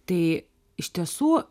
tai iš tiesų